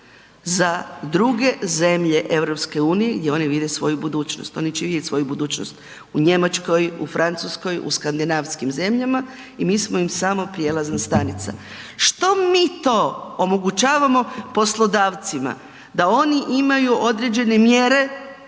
za druge zemlje EU gdje oni vide svoju budućnost. Oni će vidjeti svoju budućnost u Njemačkoj, u Francuskoj, u skandinavskim zemljama i mi smo im samo prijelazna stanica. Što mi to omogućavamo poslodavcima da oni imaju određene mjere